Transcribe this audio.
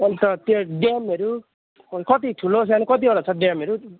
अनि त त्यहाँ ड्यामहरू कति ठुलो सानो कतिवटा छ ड्यामहरू